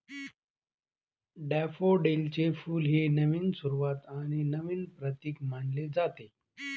डॅफोडिलचे फुल हे नवीन सुरुवात आणि नवीन प्रतीक मानले जाते